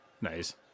Nice